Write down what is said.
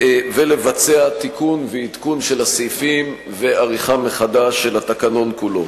ולבצע תיקון ועדכון של הסעיפים ועריכה מחדש של התקנון כולו.